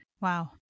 Wow